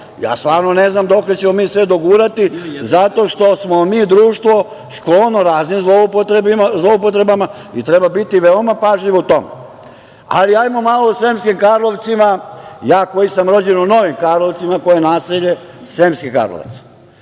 PAP? Stvarno ne znam dokle ćemo mi sve dogurati zato što smo mi društvo sklono raznim zloupotrebama i treba biti veoma pažljiv u tome. Ajmo malo o Sremskim Karlovcima. Ja koji sam rođen u Novim Karlovcima, to je naselje Sremskih Karlovaca,